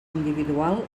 individual